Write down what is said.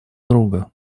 друга